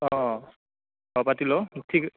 অঁ অঁ পাতি লওঁ ঠিক